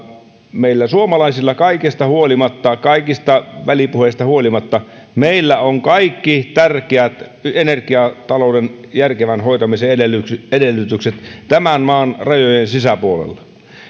meillä suomalaisilla kaikesta huolimatta kaikista välipuheista huolimatta on kaikki tärkeät energiatalouden järkevän hoitamisen edellytykset edellytykset tämän maan rajojen sisäpuolella